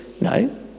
No